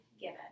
given